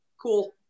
Cool